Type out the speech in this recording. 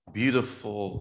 beautiful